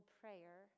prayer